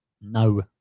no